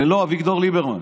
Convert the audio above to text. ללא אביגדור ליברמן.